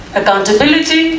accountability